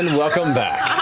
welcome back.